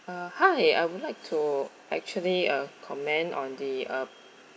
uh hi I would like to actually uh commend on the uh